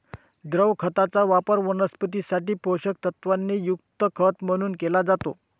द्रव खताचा वापर वनस्पतीं साठी पोषक तत्वांनी युक्त खत म्हणून केला जातो